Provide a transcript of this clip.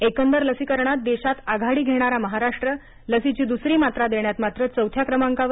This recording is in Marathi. एकंदर लसीकरणात देशात आघाडी घेणारा महाराष्ट्र लसीची दुसरी मात्रा देण्यात मात्र चौथ्या क्रमांकावर